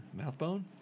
Mouthbone